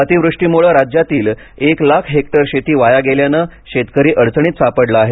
अतिवृष्टीमुळे राज्यातील एक लाख हेक्टर शेती वाया गेल्यानं शेतकरी अडचणीत सापडला आहे